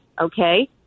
okay